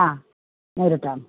ആ നേരിട്ട് കാണാം